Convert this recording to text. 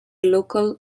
local